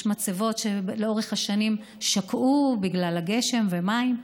יש מצבות שלאורך השנים שקעו בגלל הגשם ומים.